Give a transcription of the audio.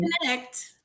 connect